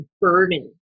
burden